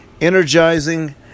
energizing